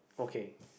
okay